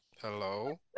Hello